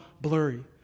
blurry